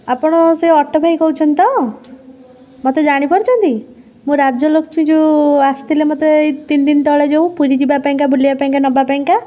ଆପଣ ସେହି ଅଟୋ ଭାଇ କହୁଛନ୍ତି ତ ମୋତେ ଜାଣିପାରୁଛନ୍ତି ମୁଁ ରାଜଲକ୍ଷ୍ମୀ ଯେଉଁ ଆସିଥିଲେ ମୋତେ ତିନିଦିନ ତଳେ ଯେଉଁ ପୁରୀ ଯିବା ପାଇଁକା ବୁଲିବା ପାଇଁକା ନେବା ପାଇଁକା